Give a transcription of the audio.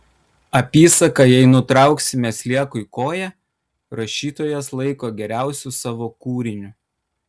apysaką jei nutrauksime sliekui koją rašytojas laiko geriausiu savo kūriniu